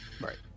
Right